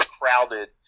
crowded